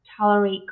tolerate